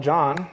John